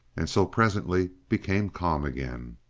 and so presently became calm again.